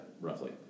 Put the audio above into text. roughly